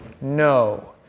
No